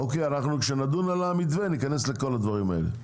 כשנדון במתווה, ניכנס לכל הדברים האלה.